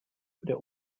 der